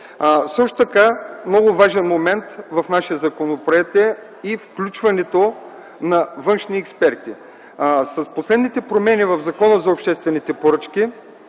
предложения. Много важен момент в нашия законопроект е и включването на външни експерти. С последните промени в Закона за обществените поръчки